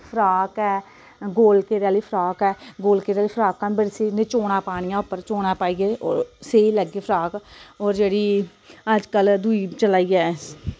frock ऐ गोल घेरे आह्ली फ्राक ऐ गोल घेरे आह्ली फ्राकां न बड़ी स्हेई उ'ने चौना पानियां उप्पर चौना पाइयै ते होर सेई लैगे फ्रा होर जेह्ड़ी अजकल्ल दुई चला दी ऐ